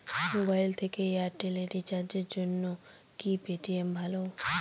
Mobile থেকে Airtel এ রিচার্জের জন্য কি পেটিএম ভালো?